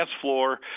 floor